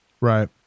Right